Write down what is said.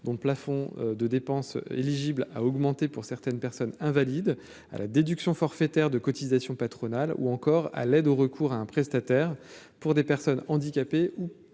dont le plafond de dépenses éligibles à augmenté pour certaines personnes invalides à la déduction forfaitaire de cotisations patronales ou encore à l'aide au recours à un prestataire pour des personnes handicapées ou